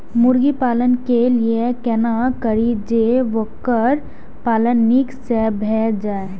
मुर्गी पालन के लिए केना करी जे वोकर पालन नीक से भेल जाय?